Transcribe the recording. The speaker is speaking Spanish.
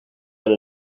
del